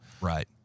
Right